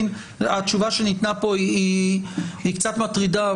התשובה שניתנה פה היא קצת מטרידה.